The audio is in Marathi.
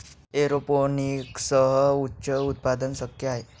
एरोपोनिक्ससह उच्च उत्पादन शक्य आहे